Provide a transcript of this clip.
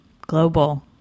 global